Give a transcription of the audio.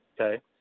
Okay